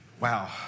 Wow